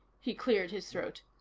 he cleared his throat.